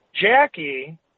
Jackie